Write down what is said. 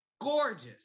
gorgeous